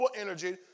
energy